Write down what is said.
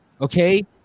Okay